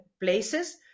places